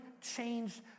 changed